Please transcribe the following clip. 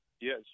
yes